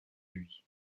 lui